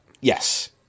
Yes